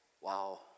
wow